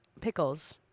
pickles